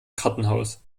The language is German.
kartenhaus